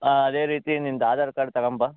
ಹಾಂ ಅದೇ ರೀತಿ ನಿಂದು ಆಧಾರ್ ಕಾರ್ಡ್ ತಗೊಂಬಾ